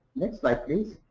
next slide, please.